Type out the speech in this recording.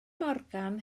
morgan